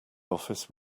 office